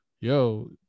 yo